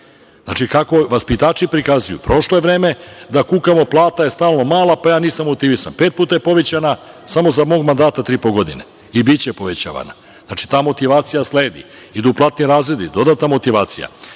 Znači, kako vaspitači prikazuju , prošlo je vreme da kukamo – plata je stalno mala, pa ja nisam motivisan. Pet puta je povećana samo za mog mandata od tri i po godine, i biće povećavana. Znači, ta motivacija sledi. Idu platni razredi, dodatna motivacija.